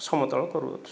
ସମତଳ କରୁଅଛୁ